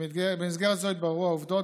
במסגרת זו יתבררו העובדות,